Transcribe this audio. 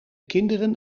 kinderen